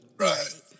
right